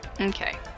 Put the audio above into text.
Okay